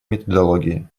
методологии